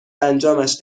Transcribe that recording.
انجامش